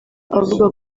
avuga